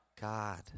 God